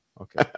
Okay